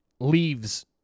leaves